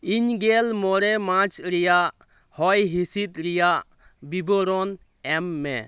ᱤᱧ ᱜᱮᱞ ᱢᱚᱬᱮ ᱢᱟᱨᱪ ᱨᱮᱭᱟᱜ ᱦᱚᱭ ᱦᱤᱥᱤᱫ ᱨᱮᱭᱟᱜ ᱵᱤᱵᱚᱨᱚᱱ ᱮᱢ ᱢᱮ